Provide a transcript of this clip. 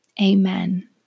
Amen